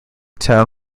town